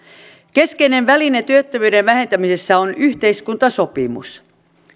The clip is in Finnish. keskeinen väline työttömyyden vähentämisessä on yhteiskuntasopimus